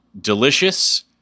delicious